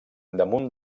damunt